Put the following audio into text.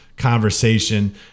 conversation